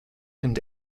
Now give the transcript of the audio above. and